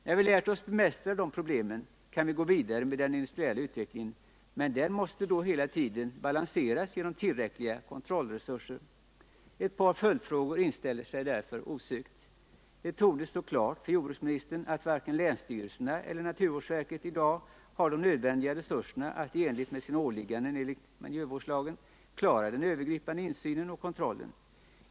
När vi lärt oss bemästra dessa problem kan vi gå vidare med den industriella utvecklingen, men den måste hela tiden balanseras genom tillräckliga kontrollresurser. Ett par följdfrågor inställer sig därför osökt. Det torde stå klart för jordbruksministern att varken länsstyrelserna eller naturvårdsverket i dag har de nödvändiga resurserna för att i enlighet med sina åligganden enligt miljövårdslagen klara den övergripande insynen och kontrollen.